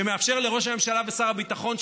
שמאפשר לראש הממשלה ושר הביטחון,